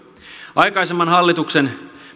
aikaisemman hallituksen